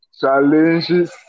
challenges